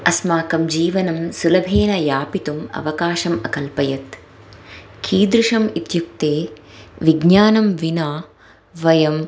अस्माकं जीवनं सुलभेन यापयितुम् अवकाशम् अकल्पयत् कीदृशम् इत्युक्ते विज्ञानं विना वयं